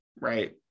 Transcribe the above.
right